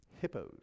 hippos